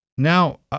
Now